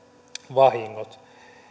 vahingot